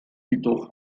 jedoch